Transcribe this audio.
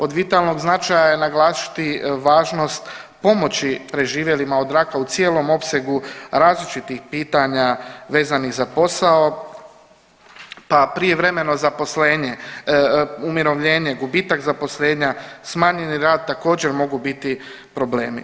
Od vitalnog značenja je naglasiti važnost pomoći preživjelima od raka u cijelom opsegu različitih pitanja vezanih za posao, pa prijevremeno zaposlenje, umirovljenje, gubitak zaposlenja, smanjeni rad također mogu biti problemi.